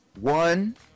one